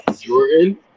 Jordan